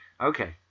okay